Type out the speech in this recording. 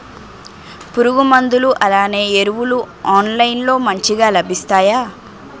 పురుగు మందులు అలానే ఎరువులు ఆన్లైన్ లో మంచిగా లభిస్తాయ?